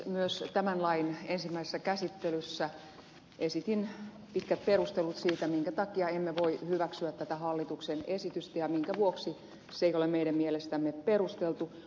myös tämän lain ensimmäisessä käsittelyssä esitin pitkät perustelut siitä minkä takia emme voi hyväksyä tätä hallituksen esitystä ja minkä vuoksi se ei ole meidän mielestämme perusteltu